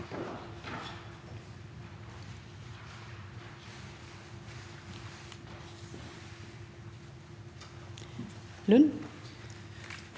Lund